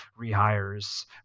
rehires